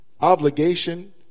obligation